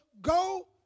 go